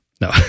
No